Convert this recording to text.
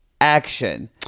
action